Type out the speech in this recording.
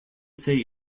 say